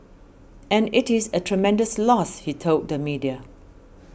and it is a tremendous loss he told the media